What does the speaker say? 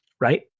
right